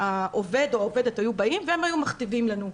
העובד או העובדת היו באים והם היו מכתיבים לנו.